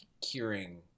curing